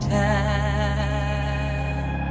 time